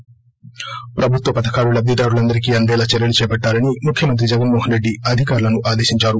ి ప్రభుత్వ పథకాలు లబ్గిదారులందరికీ అందేలా చర్యలు చేపట్టాలని ముఖ్యమంత్రి జగన్మోహన్ రెడ్డి అధికారులను ఆదేశించారు